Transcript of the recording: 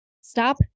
stop